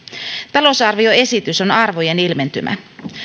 talousarvioesitys on arvojen ilmentymä